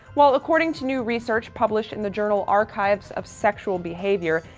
well, according to new research published in the journal archives of sexual behavior,